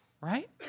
Right